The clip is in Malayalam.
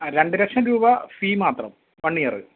ആ രണ്ട് ലക്ഷം രൂപ ഫീ മാത്രം വൺ ഇയറ്